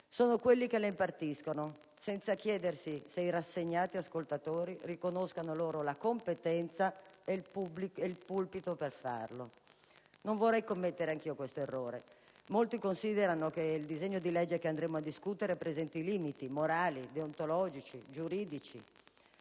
sono quelli che le impartiscono, senza chiedersi se i rassegnati ascoltatori riconoscano loro la competenza ed il pulpito per farlo. Non vorrei commettere anch'io questo errore. Molti considerano che il disegno di legge che andremo a discutere presenti limiti morali, deontologici, giuridici.